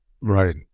Right